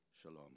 Shalom